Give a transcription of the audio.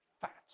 fat